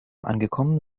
angekommen